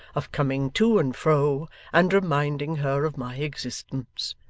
of coming to and fro and reminding her of my existence.